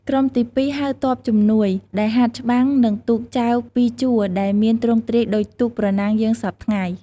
ក្រុមទី២ ហៅ ទ័ពជំនួយ ដែលហាត់ច្បាំង និងទូកចែវពីរជួរដែលមានទ្រង់ទ្រាយដូចទូក ប្រណាំងយើងសព្វថ្ងៃ។